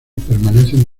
permanecen